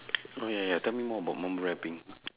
oh ya ya tell me more about mumble rapping